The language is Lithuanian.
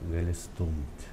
gali stumt